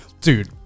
dude